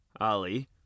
Ali